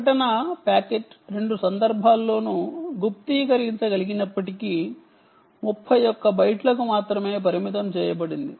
ప్రకటన ప్యాకెట్ రెండు సందర్భాల్లోనూ గుప్తీకరించగలిగినప్పటికీ 31 బైట్లకు మాత్రమే పరిమితం చేయబడింది